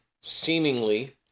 seemingly